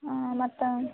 ಹಾಂ ಮತ್ತು